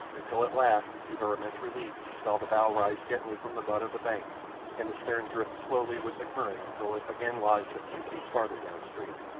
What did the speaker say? until at last, to her immense relief, she saw the bow rise gently from the mud of the bank and the stern drift slowly with the current until it again lodged a few feet farther down-stream.